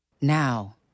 Now